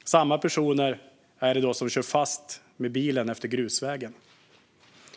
Det är samma personer som kör fast med bilen efter grusvägen